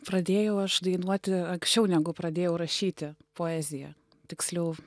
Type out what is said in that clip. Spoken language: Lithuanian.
pradėjau aš dainuoti anksčiau negu pradėjau rašyti poeziją tiksliau